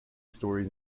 stories